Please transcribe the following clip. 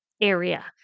area